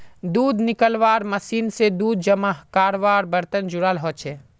दूध निकालनेवाला मशीन से दूध जमा कारवार बर्तन जुराल होचे